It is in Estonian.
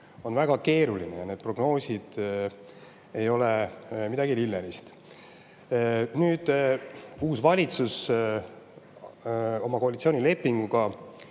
on väga keeruline ja need prognoosid ei ole midagi lillelist. Uus valitsus oma koalitsioonilepinguga